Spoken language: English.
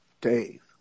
Dave